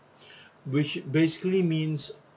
which basically means